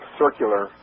circular